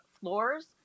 floors